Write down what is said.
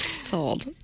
sold